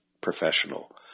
professional